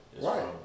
right